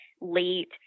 late